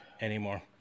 anymore